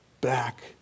back